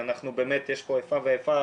ויש פה איפה ואיפה,